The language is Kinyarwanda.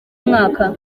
mwaka